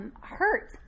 hurt